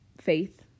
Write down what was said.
faith